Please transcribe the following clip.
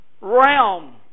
realm